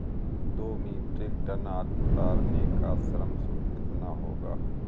दो metric tonne आलू उतारने का श्रम शुल्क कितना होगा?